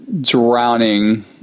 drowning